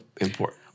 important